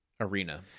arena